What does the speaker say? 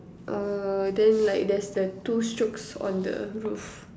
err then like there's the two strokes on the roof